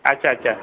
ଆଚ୍ଛା ଆଚ୍ଛା